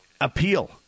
appeal